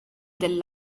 del